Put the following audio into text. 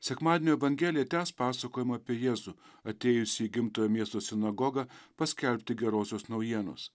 sekmadienio evangelija tęs pasakojimą apie jėzų atėjusį į gimtojo miesto sinagogą paskelbti gerosios naujienos